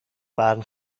barn